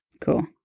Cool